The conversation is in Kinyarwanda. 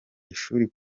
ishuri